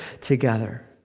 together